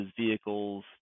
vehicles